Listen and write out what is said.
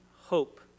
hope